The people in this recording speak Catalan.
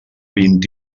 vint